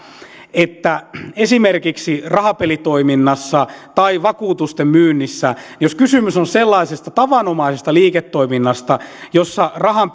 että jos esimerkiksi rahapelitoiminnassa tai vakuutusten myynnissä on kysymys sellaisesta tavanomaisesta liiketoiminnasta jossa rahan